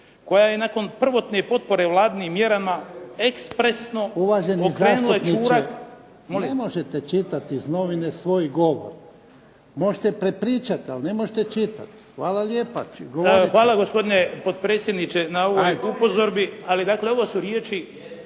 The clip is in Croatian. koja je nakon prvotne potpore Vladinim mjerama ekspresno okrenula … **Jarnjak, Ivan (HDZ)** Uvaženi zastupniče, ne možete čitati iz novina svoj govor. Možete prepričat, ali ne možete čitat. Hvala lijepa. **Bagarić, Ivan (HDZ)** Hvala, gospodine potpredsjedniče na ovom upozorenju, ali dakle ovo su riječi